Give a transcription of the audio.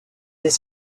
des